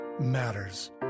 matters